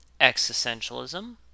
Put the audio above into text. existentialism